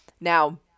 now